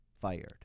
fired